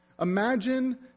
Imagine